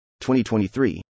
2023